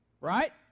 Right